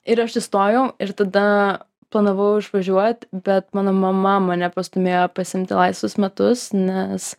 ir aš įstojau ir tada planavau išvažiuot bet mano mama mane pastūmėjo pasiimti laisvus metus nes